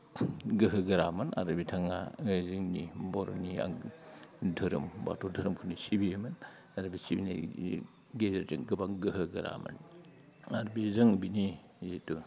गोहो गोरामोन आरो बिथाङा नै जोंनि बर'नि आंगो धोरोम बाथौ धोरोमखौनो सिबियोमोन आरो बे सिबिनायनि गेजेरजों गोबां गोहो गोरामोन आरो बेजों बिनि जितु